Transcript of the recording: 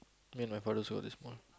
and my father sold this one